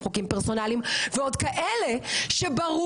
זכור